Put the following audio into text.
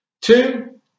Two